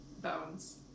bones